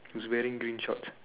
he's wearing green shorts